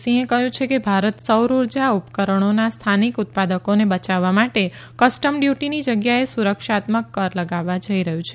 સિંહે કહ્યું છે કે ભારત સૌર ઉર્જા ઉપકરણોના સ્થાનિક ઉત્પાદકોને બચાવવા માટે કસ્ટમ ડ્યુટીની જગ્યાએ સુરક્ષાત્મક કર લગાવવા જઇ રહ્યું છે